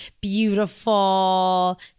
beautiful